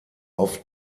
auf